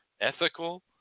ethical